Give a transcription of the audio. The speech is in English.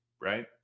Right